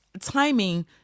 timing